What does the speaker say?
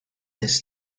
this